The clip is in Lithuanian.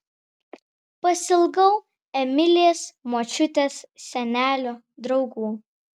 pasiilgau emilės močiutės senelio draugų